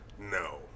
no